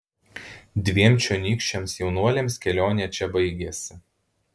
dviem čionykščiams jaunuoliams kelionė čia baigėsi